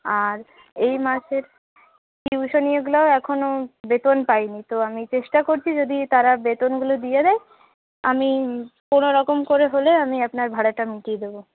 আর এই মাসের টিউশনিগুলোও এখনও বেতন পাইনি তো আমি চেষ্টা করছি যদি তারা বেতনগুলো দিয়ে দেয় আমি কোনোরকম করে হলে আমি আপনার ভাড়াটা মিটিয়ে দেবো